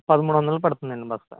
పదమూడు వందలు పడుతుంది అండి బస్తా